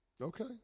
Okay